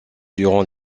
durant